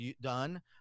done